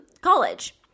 college